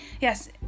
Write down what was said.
yes